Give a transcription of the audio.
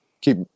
keep